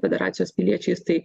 federacijos piliečiais tai